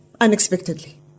unexpectedly